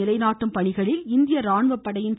நிலைநாட்டும் பணிகளில் இந்திய அமைதி ராணுவப்படையின் ஐ